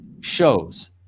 shows